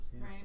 Right